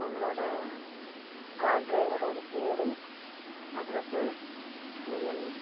உங்களோட கார் டிரைவரோட பேர் அட்ரெஸு நீங்கள்